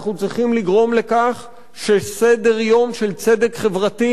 אנחנו צריכים לגרום לכך שסדר-יום של צדק חברתי